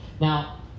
Now